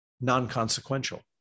non-consequential